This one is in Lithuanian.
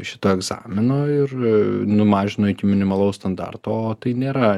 šito egzamino ir numažino iki minimalaus standarto o tai nėra